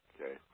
Okay